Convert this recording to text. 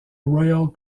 royal